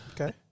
Okay